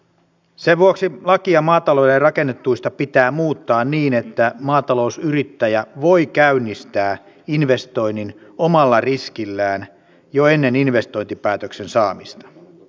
sen vuoksi lakia maatalouden rakennetuista pitää muuttaa niin että maatalousyrittäjä voi käynnistää investoinnin omalla riskillään jo ennen investointipäätöksen saamista